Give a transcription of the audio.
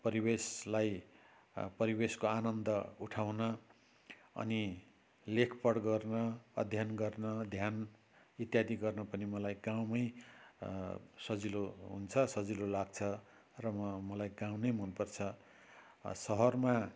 परिवेशलाई परिवेशको आनन्द उठाउन अनि लेख पढ गर्न अध्ययन गर्न ध्यान इत्यादि गर्न पनि मलाई गाउँमै सजिलो हुन्छ सजिलो लाग्छ र म मलाई गाउँ नै मनपर्छ सहरमा